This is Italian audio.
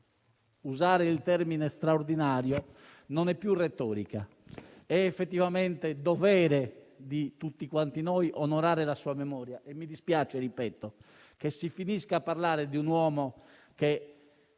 usare il termine «straordinario» non è più retorica. È effettivamente dovere di tutti quanti noi onorare la sua memoria e mi dispiace - ripeto - che si finisca a parlare di un uomo che